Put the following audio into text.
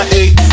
eight